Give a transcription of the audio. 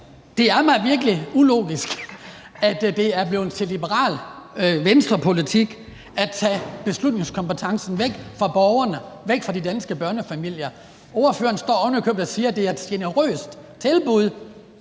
det er mig virkelig ulogisk, at det er blevet til liberal Venstrepolitik at tage beslutningskompetencen væk fra borgerne, væk fra de danske børnefamilier. Ordføreren står ovenikøbet og siger, at det er et generøst tilbud.